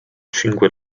cinque